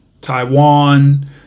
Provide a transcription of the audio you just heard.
Taiwan